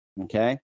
Okay